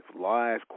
Lies